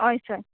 हय सर